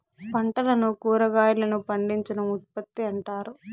పంటలను కురాగాయలను పండించడం ఉత్పత్తి అంటారు